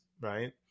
right